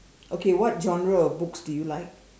okay what genre of books do you like